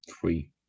Three